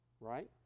right